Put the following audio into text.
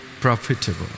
Profitable